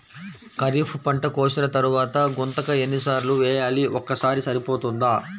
ఖరీఫ్ పంట కోసిన తరువాత గుంతక ఎన్ని సార్లు వేయాలి? ఒక్కసారి సరిపోతుందా?